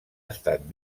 estat